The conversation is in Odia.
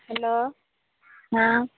ହେଲୋ ହଁ